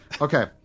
Okay